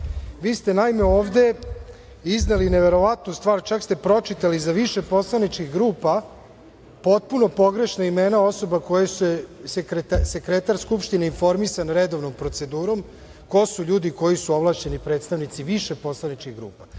ste, naime, ovde iznele neverovatnu stvar, čak ste pročitali za više poslaničkih grupa potpuno pogrešna imena osoba koje su, sekretar Skupštine informisan redovnom procedurom ko su ljudi koji su ovlašćeni ljudi koji su ovlašćeni predstavnici više poslaničkih grupa.